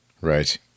Right